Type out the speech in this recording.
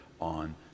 on